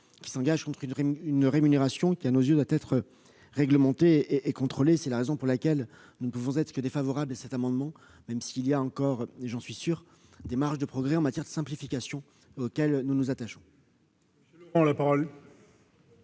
qui s'engage contre une rémunération, laquelle, à nos yeux, doit être réglementée et contrôlée. C'est la raison pour laquelle nous ne pouvons être que défavorables à cet amendement, même s'il existe encore- j'en suis sûr -des marges de progrès en matière de simplification. Soyez d'ailleurs assuré que nous nous attachons